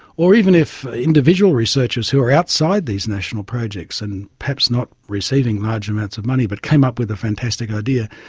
or even if individual researchers who are outside these national projects and perhaps not receiving large amounts of money but came up with a fantastic idea,